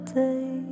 day